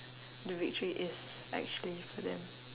the victory is actually for them